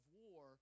war